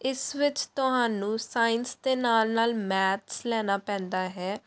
ਇਸ ਵਿੱਚ ਤੁਹਾਨੂੰ ਸਾਇੰਸ ਦੇ ਨਾਲ ਨਾਲ ਮੈਥਸ ਲੈਣਾ ਪੈਂਦਾ ਹੈ